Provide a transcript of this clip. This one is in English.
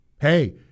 Hey